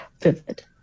vivid